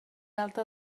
alta